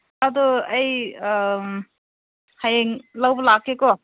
ꯑꯗꯨ ꯑꯩ ꯍꯌꯦꯡ ꯂꯧꯕ ꯂꯥꯛꯀꯦ ꯀꯣ